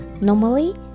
Normally